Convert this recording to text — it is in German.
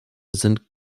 sind